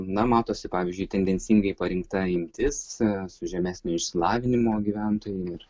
na matosi pavyzdžiui tendencingai parinkta imtis su žemesnio išsilavinimo gyventojai ir